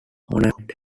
honored